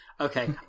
Okay